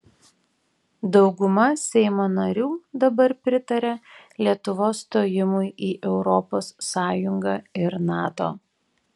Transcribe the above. dauguma seimo narių dabar pritaria lietuvos stojimui į europos sąjungą ir nato